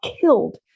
killed